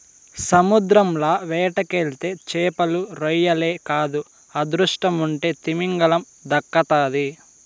సముద్రంల వేటకెళ్తే చేపలు, రొయ్యలే కాదు అదృష్టముంటే తిమింగలం దక్కతాది